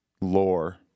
lore